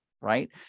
right